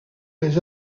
les